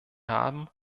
haben